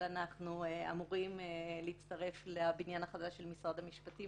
אבל אנחנו אמורים להצטרף לבניין החדש של משרד המשפטים